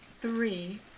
three